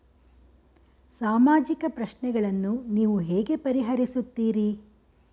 ಸಾಮಾಜಿಕ ಪ್ರಶ್ನೆಗಳನ್ನು ನೀವು ಹೇಗೆ ಪರಿಹರಿಸುತ್ತೀರಿ?